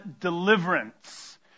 deliverance